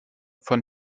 von